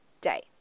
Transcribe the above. day